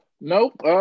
Nope